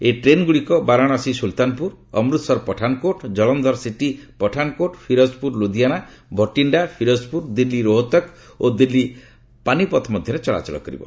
ଏହି ଟେନଗ୍ରଡିକ ବାରଣାସୀ ସ୍ତଲତାନପ୍ରର ଅମୃତସର ପଠାନକୋଟ୍ ଜଳନ୍ଦର ସିଟି ପଠାନକୋଟ୍ ଫିରୋଜପୁର ଲୁଧିଆନା ଭଟିଣ୍ଡା ଫିରୋଜପୁର ଦିଲ୍ଲୀ ରୋହତକ ଓ ଦିଲ୍ଲୀ ପାନିପଥ ମଧ୍ୟରେ ଚଳାଚଳ କରିବ